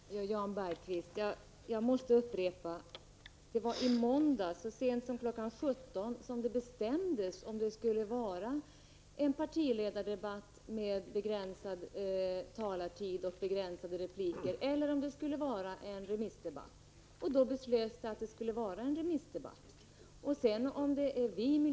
Herr talman! Jag måste, Jan Bergqvist, upprepa att det var i måndags så sent som kl. 17.00 som det bestämdes huruvida det skulle vara en partiledardebatt med begränsning av taletiden och antalet repliker eller om det skulle vara en remissdebatt. Det beslöts då att det skulle vara en remissdebatt.